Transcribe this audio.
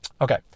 Okay